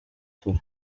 turi